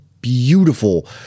Beautiful